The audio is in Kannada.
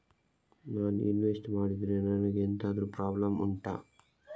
ನಾನು ಇನ್ವೆಸ್ಟ್ ಮಾಡಿದ್ರೆ ನನಗೆ ಎಂತಾದ್ರು ಪ್ರಾಬ್ಲಮ್ ಉಂಟಾ